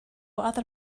other